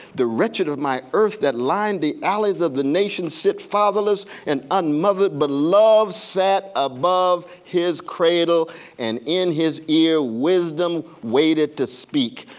the wretched of my earth that lined the alleys of the nations sit fatherless and un-mothered beloved sat above his cradle and in his ear wisdom waited to speak.